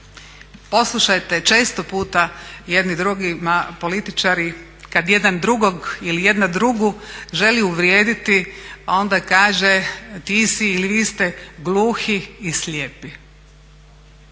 Poslušajte često puta jedni drugima političari kad jedan drugog ili jedna drugu želi uvrijediti, onda kaže ti si ili vi ste gluhi i slijepi,